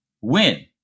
win